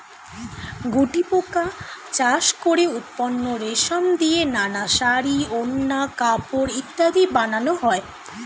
গুটিপোকা চাষ করে উৎপন্ন রেশম দিয়ে নানা শাড়ী, ওড়না, কাপড় ইত্যাদি বানানো হয়